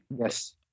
Yes